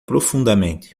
profundamente